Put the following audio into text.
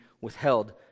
withheld